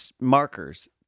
Markers